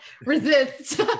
resist